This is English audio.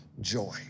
Joy